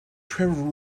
trevor